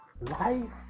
Life